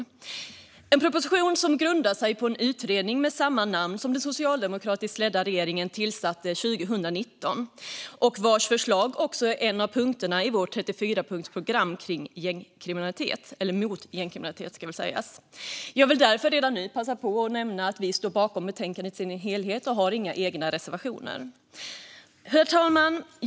Det är en proposition som grundar sig på förslag från en utredning som den socialdemokratiskt ledda regeringen tillsatte 2019. Förslag från utredningen är också en av punkterna i vårt 34-punktsprogram mot gängkriminalitet. Jag vill därför redan nu passa på att nämna att vi socialdemokrater står bakom betänkandet i sin helhet och att vi inte har några egna reservationer. Herr talman!